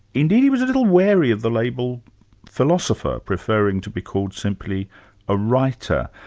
indeed he was a little wary of the label philosopher, preferring to be called simply a writer.